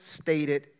stated